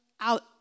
out